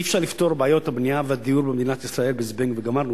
אי-אפשר לפתור את בעיות הבנייה והדיור במדינת ישראל ב"זבנג וגמרנו".